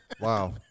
Wow